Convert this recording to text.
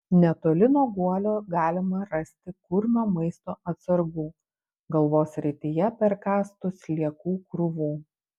netoli nuo guolio galima rasti kurmio maisto atsargų galvos srityje perkąstų sliekų krūvų